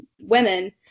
women